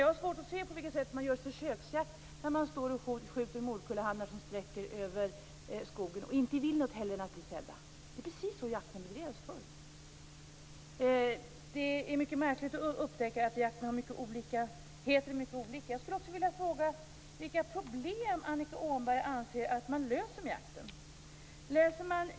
Jag har svårt att se hur det kan vara försöksjakt när man står och skjuter morkullhannar som sträcker över skogen och inte vill något hellre än att bli sedda? Det är precis så som jakten bedrevs förr. Det är mycket märkligt att upptäcka att det finns olika benämningar på jakten. Åhnberg att man löser med jakten?